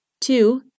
Two